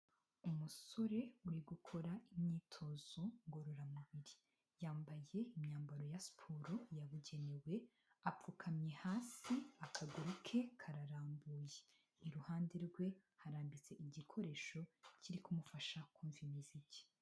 Umusore uri gukora imyitozo ngororamubiri yambaye imyambaro ya siporo yabugenewe apfukamye hasi akaguru ke kararambuye iruhande rwe harambitse igikoresho kiri kumufasha kumva imiziki.